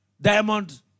Diamond